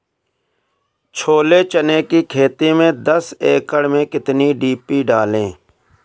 छोले चने की खेती में दस एकड़ में कितनी डी.पी डालें?